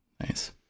Nice